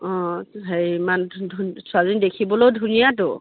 অঁ সেই ইমান ধু ছোৱালীজনী দেখিবলৈও ধুনীয়াতো